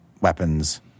weapons